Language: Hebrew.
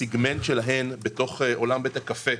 הסיגמנט שלהן בתוך עולם בית הקפה,